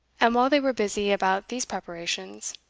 and, while they were busy about these preparations,